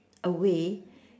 away